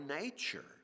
nature